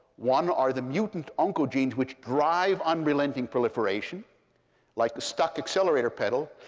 one are the mutant oncogenes which drive unrelenting proliferation like the stuck accelerator pedal.